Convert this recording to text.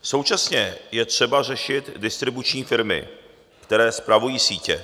Současně je třeba řešit distribuční firmy, které spravují sítě.